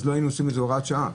אז לא היינו עושים את זה הוראת שעה.